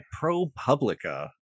ProPublica